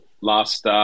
last